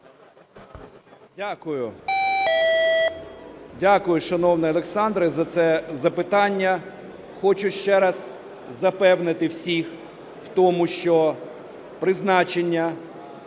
Дякую. Дякую, шановний Олександре, за це запитання. Хочу ще раз запевнити всіх в тому, що призначення